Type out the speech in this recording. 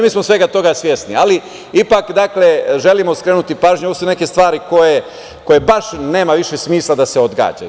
Mi smo svega toga svesni, ali ipak, dakle, želimo skrenuti pažnju, ovo su neke stvari koje baš nema više smisla da se odgađaju.